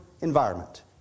environment